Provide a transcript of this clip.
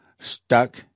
stuck